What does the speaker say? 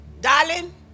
Darling